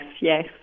yes